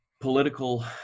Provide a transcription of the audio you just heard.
political